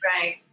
Right